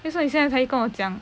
为什么你现在才跟我讲